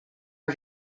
are